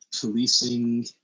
policing